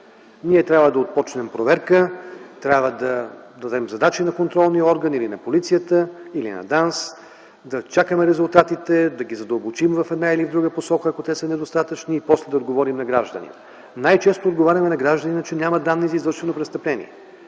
Ние трябва да започнем проверка, трябва да дадем задача на контролния орган или на полицията, или на ДАНС, да чакаме резултатите, да ги задълбочим в една или друга посока, ако те са недостатъчни и после да отговорим на гражданина. Най-често отговаряме на гражданина, че няма данни за извършено престъпление,